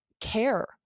care